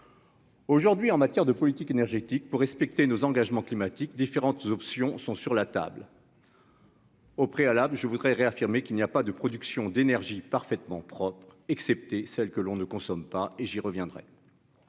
aujourd'hui en matière de politique énergétique pour respecter nos engagements climatiques différentes options sont sur la table. Au préalable, je voudrais réaffirmer qu'il n'y a pas de production d'énergie parfaitement propres, excepté celle que l'on ne consomme pas et j'y reviendrai